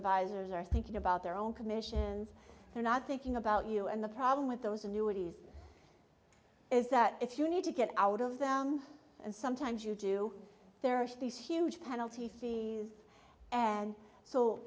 advisors are thinking about their own commissions they're not thinking about you and the problem with those annuities is that if you need to get out of them and sometimes you do there are these huge penalty fees and so